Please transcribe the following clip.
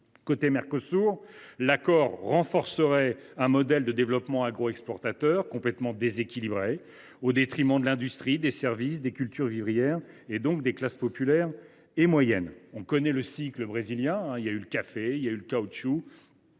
Côté Mercosur, l’accord renforcerait un modèle de développement agroexportateur complètement déséquilibré, au détriment de l’industrie, des services, des cultures vivrières, donc des classes populaires et moyennes. Le cycle soja bœuf ne ferait que succéder au cycle brésilien du caoutchouc,